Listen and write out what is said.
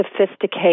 sophisticated